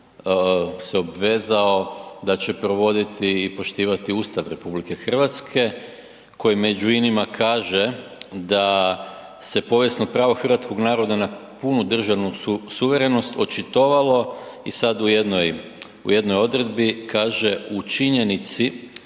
se obvezao da će provoditi i poštivati Ustav RH koji među inima kaže da se povijesno pravo hrvatskog naroda na punu državnu suverenost očitovalo i sad u jednoj, u jednoj odredbi kaže u činjenici